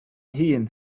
hŷn